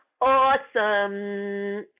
Awesome